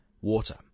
Water